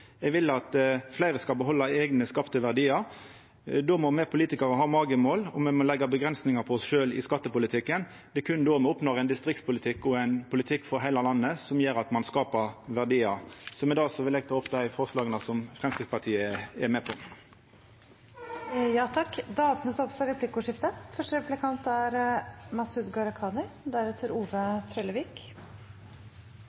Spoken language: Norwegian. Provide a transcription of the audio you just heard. Eg vil at fleire skal behalda eigne, skapte verdiar. Då må me som politikarar ha magemål. Me må leggja band på oss sjølve i skattepolitikken. Det er berre då me oppnår ein distriktspolitikk og ein politikk for heile landet som gjer at ein skapar verdiar. Det blir replikkordskifte. Jeg registrerer at Fremskrittspartiet er bekymret for konsulentbransjen. Nå er det jo sånn at offentlig sektor har blitt en melkeku for